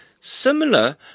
similar